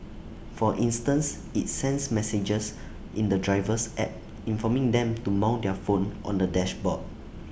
for instance IT sends messages in the driver's app informing them to mount their phone on the dashboard